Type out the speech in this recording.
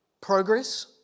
Progress